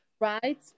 right